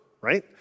right